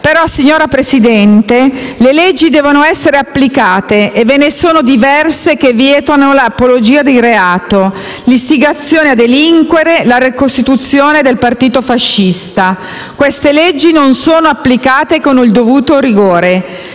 Signora Presidente, le leggi devono essere però applicate e ve ne sono diverse che vietano l'apologia di reato, l'istigazione a delinquere, la ricostituzione del Partito fascista. Queste leggi non sono applicate con il dovuto rigore.